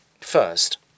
First